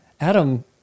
Adam